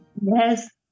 Yes